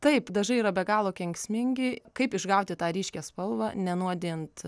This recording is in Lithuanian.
taip dažai yra be galo kenksmingi kaip išgauti tą ryškią spalvą nenuodijant